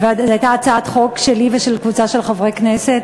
הייתה הצעת חוק שלי ושל קבוצה של חברי כנסת,